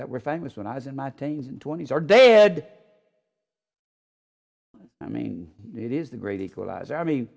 that were famous when i was in my teens and twenty's are dead i mean it is the great equalizer i mean